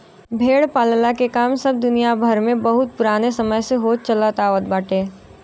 भेड़ पालला के काम सब दुनिया भर में पुराना समय से होत चलत आवत बाटे